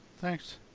thanks